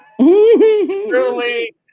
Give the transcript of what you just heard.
Truly